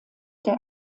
der